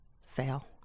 Fail